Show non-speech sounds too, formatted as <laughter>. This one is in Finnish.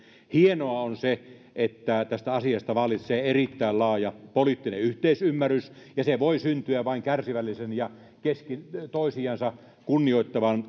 hienoa on se että tästä asiasta vallitsee erittäin laaja poliittinen yhteisymmärrys ja se voi syntyä vain kärsivällisen ja toisiansa kunnioittavan <unintelligible>